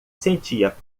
sentia